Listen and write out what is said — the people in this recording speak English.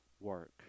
work